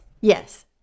Yes